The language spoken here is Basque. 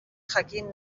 jakin